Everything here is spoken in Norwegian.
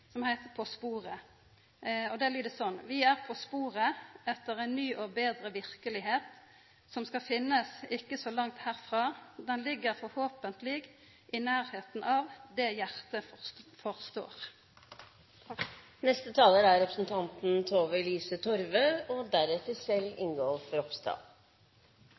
som heiter På sporet. Dei lyder sånn: «Vi er på sporet etter en ny og bedre virkelighet som skal finnes ikke så langt herfra Den ligger forhåpentlig i nærheten av det hjertet forstår» Denne viktige debatten dreier seg om familier hvor et av barna har særlig store pleie- og